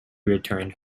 returned